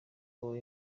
mwo